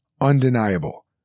undeniable